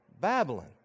Babylon